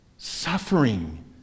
suffering